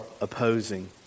opposing